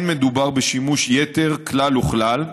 לא מדובר בשימוש יתר כלל וכלל,